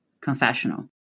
confessional